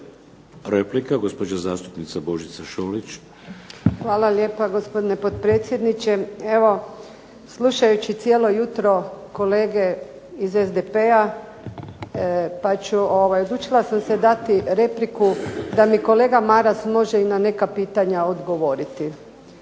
Hvala lijepa gospodine potpredsjedniče. Evo slušajući cijelo jutro kolege iz SDP-a odlučila sam se dati repliku da mi kolega Maras i na neka pitanja odgovoriti.